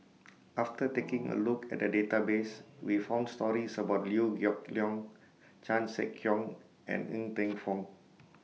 after taking A Look At The Database We found stories about Liew Geok Leong Chan Sek Keong and Ng Teng Fong